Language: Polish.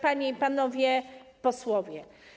Panie i Panowie Posłowie!